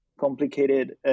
complicated